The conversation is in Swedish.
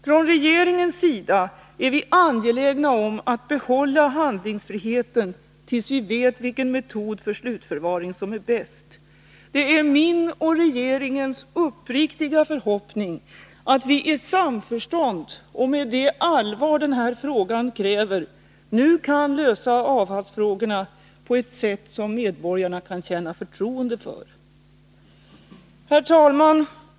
Från regeringens sida är vi angelägna om att behålla handlingsfriheten tills vi vet vilken metod för slutförvaring som är bäst. Det är min och regeringens uppriktiga förhoppning att vi i samförstånd och med det allvar den här frågan kräver nu kan lösa avfallsfrågorna på ett sätt som medborgarna kan känna förtroende för. Herr talman!